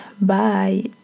Bye